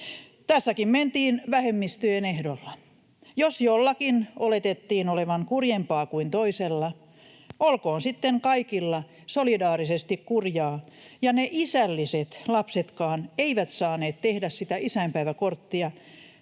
Tässäkin mentiin vähemmistöjen ehdoilla. Jos jollakin oletettiin olevan kurjempaa kuin toisella, olkoon sitten kaikilla solidaarisesti kurjaa. Ne isällisetkään lapset eivät saaneet tehdä sitä isänpäiväkorttia,